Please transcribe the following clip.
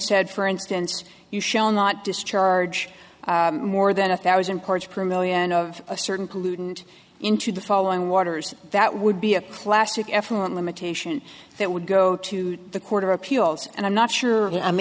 said for instance you shall not discharge more than a thousand parts per million of a certain pollutant into the following waters that would be a classic effluent limitation that would go to the court of appeals and i'm not sure i'm